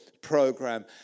Program